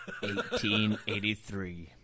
1883